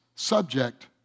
Subject